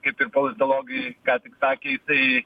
kaip ir politologai ką tik sakė jisai